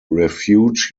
refuge